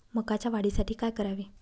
मकाच्या वाढीसाठी काय करावे?